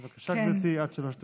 בבקשה, גברתי, עד שלוש דקות.